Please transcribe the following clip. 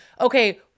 okay